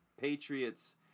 Patriots